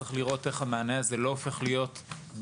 צריך לראות איך המענה הזה לא הופך להיות במקום